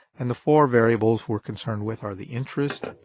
and the four variables we're concerned with are the interest,